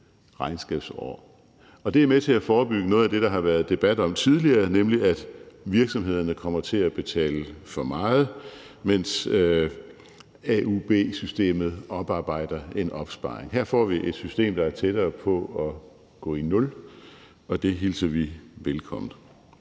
Det er med til at forebygge noget af det, der har været debat om tidligere, nemlig at virksomhederne kommer til at betale for meget, mens AUB-systemet oparbejder en opsparing. Her får vi et system, der er tættere på at gå i nul, og det hilser vi velkommen.